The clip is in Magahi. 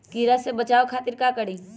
कीरा से बचाओ खातिर का करी?